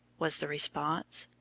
was the response.